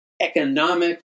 economic